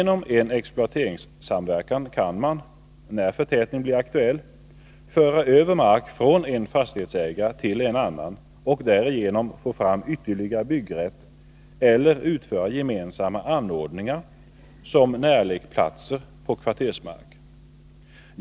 Genom en exploateringssamverkan kan man, när förtätning blir aktuell, föra över mark från en fastighetsägare till en annan och därigenom få fram ytterligare byggrätt eller utföra gemensamma anordningar som närlekplatser på kvartersmark.